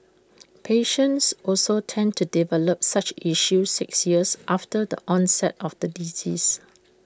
patients also tend to develop such issues six years after the onset of the disease